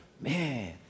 man